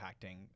impacting